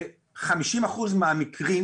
ב-50% מהמקרים